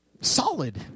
Solid